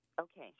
Okay